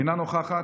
אינה נוכחת,